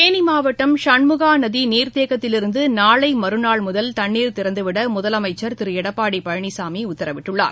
தேனிமாவட்டம் சண்முகாநதிநீர்த்தேக்கத்தில் இருந்துநாளைமறுநாள் முதல் தண்ணீர் திறந்துவிடமுதலமைச்சர் திருளடப்பாடிபழனிசாமிஉத்தரவிட்டுள்ளார்